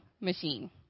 machine